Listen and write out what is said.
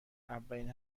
اولین